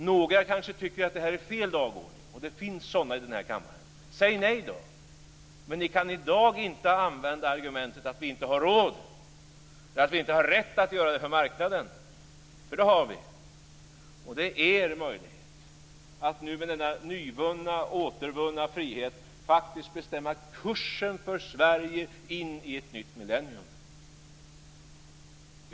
Några kanske tycker att det här är fel dagordning, och det finns sådana i denna kammare. Säg i så fall nej. Men ni kan i dag inte använda argumentet att vi inte har råd eller att vi inte har rätt att göra det för marknaden, för det har vi. Och det är er möjlighet att nu med denna nyvunna, återvunna frihet faktiskt bestämma kursen för Sverige in i ett nytt millennium.